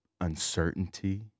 uncertainty